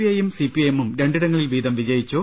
ഐയും C P I എമ്മും രണ്ടിടങ്ങളിൽ വീതം വിജയിച്ചു